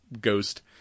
ghost